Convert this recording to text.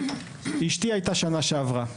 אשתי הייתה בשנה שעברה.